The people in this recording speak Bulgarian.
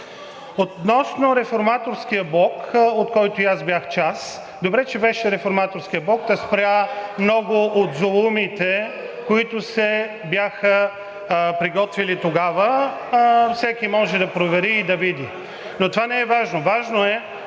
Относно Реформаторския блок, от който и аз бях част – добре, че беше Реформаторският блок, та спря много от зулумите, които се бяха приготвили тогава. Всеки може да провери и да види. Но това не е важно.